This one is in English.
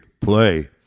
play